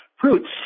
fruits